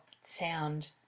sound